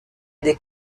des